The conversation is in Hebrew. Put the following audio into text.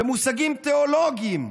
במושגים תיאולוגיים,